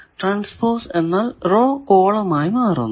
transpose എന്നാൽ row column ആയി മാറുന്നു